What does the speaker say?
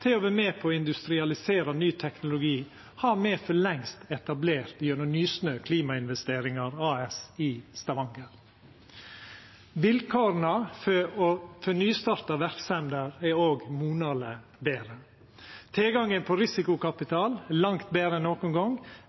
til å vera med på å industrialisera ny teknologi, har me for lengst etablert gjennom Nysnø Klimainvesteringer AS i Stavanger. Vilkåra for nystarta verksemder er òg monaleg betre. Tilgangen på risikokapital er langt betre enn nokon gong,